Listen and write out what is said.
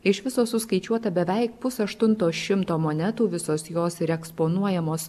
iš viso suskaičiuota beveik pusaštunto šimto monetų visos jos ir eksponuojamos